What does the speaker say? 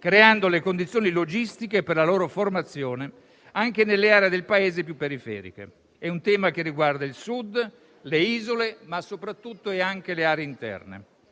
creando le condizioni logistiche per la loro formazione anche nelle aree del Paese più periferiche. È un tema che riguarda il Sud, le isole, ma soprattutto e anche le aree interne.